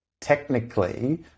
technically